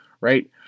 right